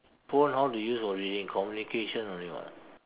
phone how to use for reading communication only [what]